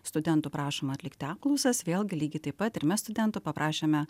studentų prašoma atlikti apklausas vėlgi lygiai taip pat ir mes studentų paprašėme